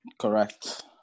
Correct